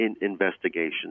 investigation